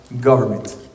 government